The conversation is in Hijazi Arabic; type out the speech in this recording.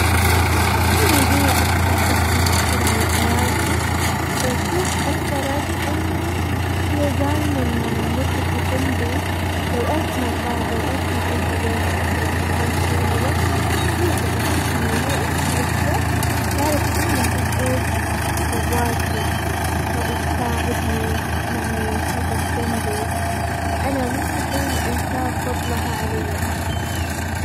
امي هي اكثر شخص مؤثر على حياتي، وكيف اثرت؟ انه هي دايما موقفة جنبي، لو ايش ما صار، لو ايش ما انا سويت، حتى اذا سويت شيء غلط. هي تتفهمني، هي اكثر وحدة تعرف انا من جد ايش جواتي، وتساعدني، وتسمعني، وتوقف جنبي، فانا مستحيل انساه فضلها علي.